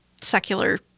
secular –